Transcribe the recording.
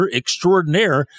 extraordinaire